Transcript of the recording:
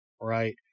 right